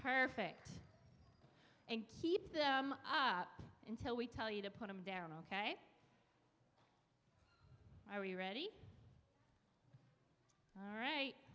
perfect and keep them up until we tell you to put them down ok are you ready all right